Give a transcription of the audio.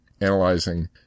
analyzing